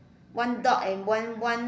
one dot and one one